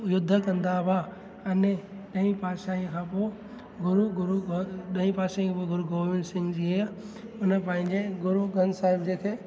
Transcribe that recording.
युद्ध कंदा हुआ अने ॾह पातशाही खां पोइ गुरू गुरू हर ॾंही पातशाही गुरू गोबिंद सिंग जी हुया हुन पंहिंजे गुरू ग्रंथ साहिब जे खे